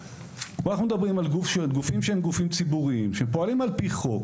כאן אנחנו מדברים על גופים שהם גופים ציבוריים שפועלים על פי חוק.